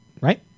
right